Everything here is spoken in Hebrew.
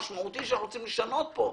משמעותי שאנחנו רוצים לשנות פה.